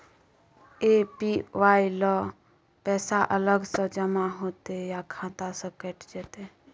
APY ल पैसा अलग स जमा होतै या खाता स कैट जेतै?